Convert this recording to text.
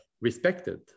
respected